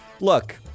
Look